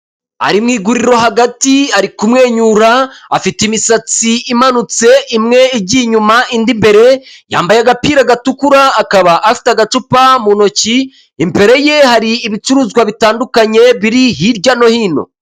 Ari mu iguriro hagati ari kumwenyura, afite imisatsi imanutse imwe igiye inyuma indi imbere, yambaye agapira gatukura akaba afite agacupa mu ntoki, imbere ye hari ibicuruzwa bitandukanye biri hirya no hino.